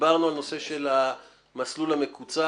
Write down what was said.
דיברנו על הנושא של המסלול המקוצר,